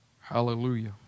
Hallelujah